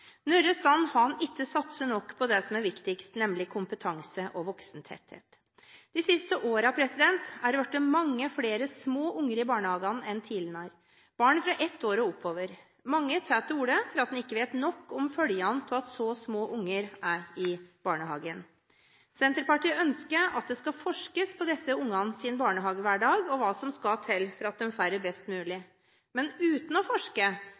ikke satset nok på det som er viktigst, nemlig kompetanse og voksentetthet. De siste årene er det blitt mange flere små barn i barnehagene enn tidligere, barn fra ett år og oppover. Mange tar til orde for at man ikke vet nok om følgene av at så små barn er i barnehagen. Senterpartiet ønsker at det skal forskes på disse barnas barnehagehverdag, og hva som skal til for at de får det best mulig. Men uten å forske